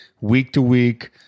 week-to-week